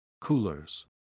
Coolers